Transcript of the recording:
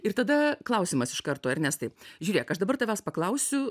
ir tada klausimas iš karto ernestai žiūrėk aš dabar tavęs paklausiu